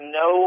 no